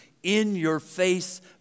in-your-face